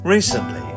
Recently